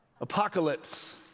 apocalypse